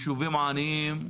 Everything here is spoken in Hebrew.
ישובים עניים.